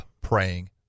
praying